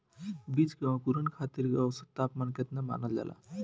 बीज के अंकुरण खातिर औसत तापमान केतना मानल जाला?